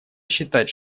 считать